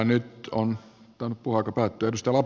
nyt on tainnut puheaika päättyä